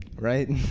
right